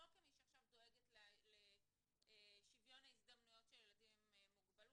לא כמי שעכשיו דואגת לשוויון ההזדמנויות של ילדים עם מוגבלות,